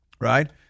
right